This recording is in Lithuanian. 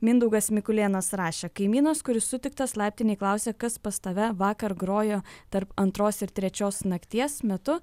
mindaugas mikulėnas rašė kaimynas kuris sutiktas laiptinėj klausia kas pas tave vakar grojo tarp antros ir trečios nakties metu